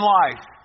life